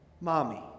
Mommy